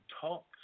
talks